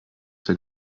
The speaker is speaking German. der